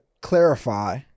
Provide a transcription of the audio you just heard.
clarify